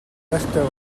байртай